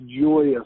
joyous